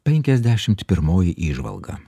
penkiasdešimt pirmoji įžvalga